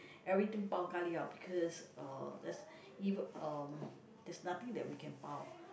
everything pau-ka-liao because uh there's even um there's nothing that we can pau